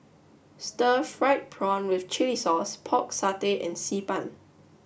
Stir Fried Prawn with Chili Sauce Pork Satay and Xi Ban